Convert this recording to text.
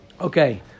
Okay